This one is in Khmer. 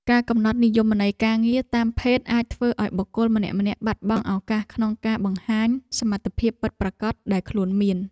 ការកំណត់និយមន័យការងារតាមភេទអាចធ្វើឱ្យបុគ្គលម្នាក់ៗបាត់បង់ឱកាសក្នុងការបង្ហាញសមត្ថភាពពិតប្រាកដដែលខ្លួនមាន។